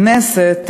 לכנסת,